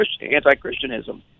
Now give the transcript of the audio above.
anti-Christianism